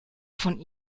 von